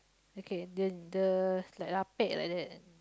okay the the like ah pek like that